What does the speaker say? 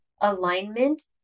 alignment